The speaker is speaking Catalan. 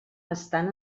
estan